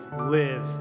live